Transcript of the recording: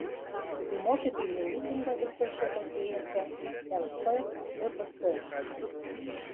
į mokytojų mitingą visus taip pat kviečia lšdps